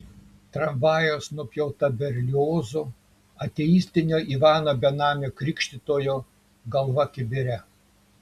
tramvajaus nupjauta berliozo ateistinio ivano benamio krikštytojo galva kibire